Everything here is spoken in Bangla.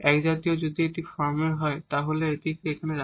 একজাতীয় যদি এটি ফর্মের হয় তাহলে এখানে রাখা যায়